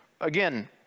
again